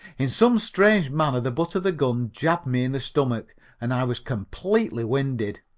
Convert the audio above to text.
in some strange manner the butt of the gun jabbed me in the stomach and i was completely winded.